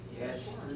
Yes